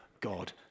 God